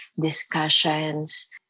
discussions